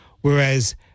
whereas